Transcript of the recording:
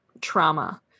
trauma